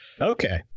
Okay